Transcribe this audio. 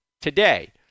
today